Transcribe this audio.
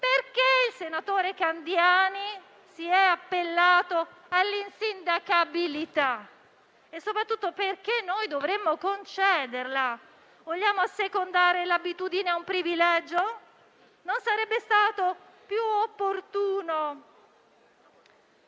allora, il senatore Candiani si è appellato all'insindacabilità e, soprattutto, perché noi dovremmo concederla? Vogliamo assecondare l'abitudine a un privilegio? Non sarebbe stato più opportuno